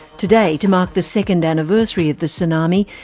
today, to mark the second anniversary of the tsunami,